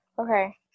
okay